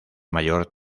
mayor